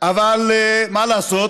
אבל מה לעשות